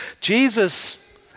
Jesus